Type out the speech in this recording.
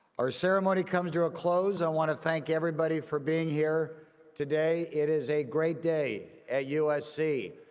our ceremony comes to a close i want to thank everybody for being here today. it is a great day at usc.